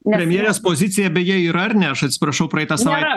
premjerės pozicija beje yra ar ne aš atsiprašau praeitą savaitę